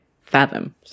fathom